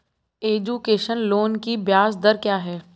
Education loan की ब्याज दर क्या है?